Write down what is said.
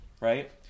right